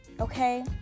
okay